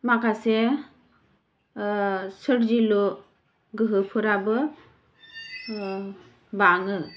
माखासे सोरजिलु गोहोफोराबो बाङो